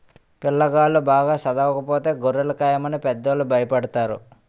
పిల్లాగాళ్ళు బాగా చదవకపోతే గొర్రెలు కాయమని పెద్దోళ్ళు భయపెడతారు